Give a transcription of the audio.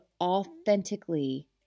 authentically